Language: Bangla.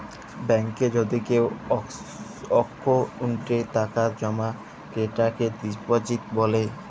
ব্যাংকে যদি কেও অক্কোউন্টে টাকা জমা ক্রেতাকে ডিপজিট ব্যলে